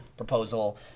proposal